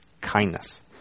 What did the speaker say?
kindness